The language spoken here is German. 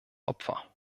opfer